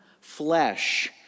flesh